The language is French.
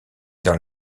dans